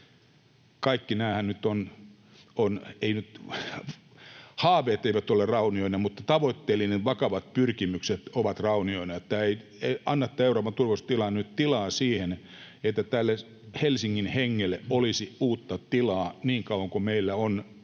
Kaikki nämähän nyt ovat... Haaveet eivät ole raunioina, mutta tavoitteelliset, vakavat pyrkimykset ovat raunioina. Tämä Euroopan turvallisuustilanne ei anna nyt tilaa sille, että tälle Helsingin hengelle olisi uutta tilaa, niin kauan kuin meillä on